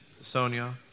Sonia